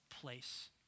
place